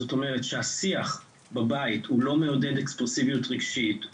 זאת אומרת כשהשיח בבית הוא לא מעודד אקספרסיביות רגשית,